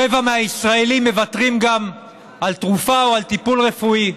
רבע מהישראלים מוותרים גם על תרופה או על טיפול רפואי,